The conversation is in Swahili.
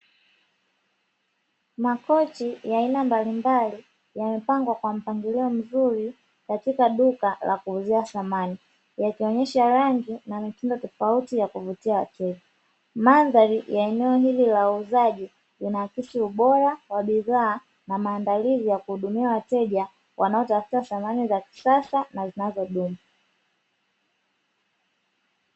Makochi ya aina mbalimbali yamepangwa kwa mpangilio mzuri katika duka la kuuzia samani yakionyesha rangi na mitindo tofauti ya kuvutia wateja. Mandhari ya eneo hili la uuzaji lina akisi ubora wa bidhaa na maandalizi ya kuhudumia wateja wanaotafuta samani za kisasa na zinazodumu.